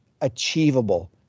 achievable